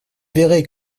verrez